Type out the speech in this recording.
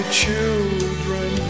children